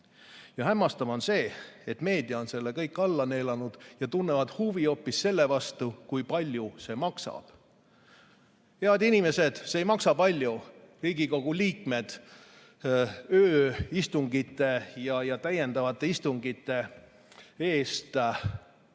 tea. Hämmastav on see, et meedia on selle kõik alla neelanud ja tunneb huvi hoopis selle vastu, kui palju see maksab. Head inimesed! See ei maksa palju. Riigikogu liikmed ööistungite ja täiendavate istungite eest